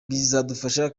bizadufasha